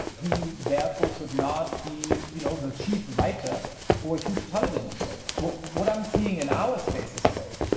who therefore should not be, you know, the chief writer for a huge television show. what what i'm seeing in our spaces, though,